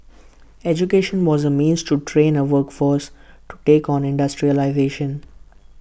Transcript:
education was A means to train A workforce to take on industrialisation